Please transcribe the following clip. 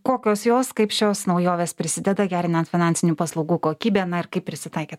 kokios jos kaip šios naujovės prisideda gerinant finansinių paslaugų kokybę na ir kaip prisitaikėt